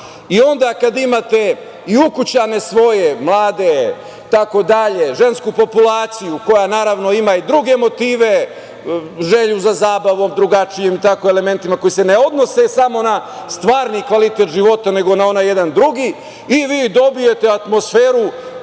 Onda kada imate i ukućane svoje mlade, žensku populaciju koja naravno ima i druge motive, želju za zabavom, drugačijim elementima koji se ne odnose samo na stvarni kvalitet života, nego na onaj jedan drugi, i vi dobijete atmosferu